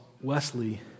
Wesley